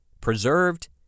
preserved